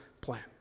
plan